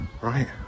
Right